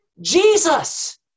Jesus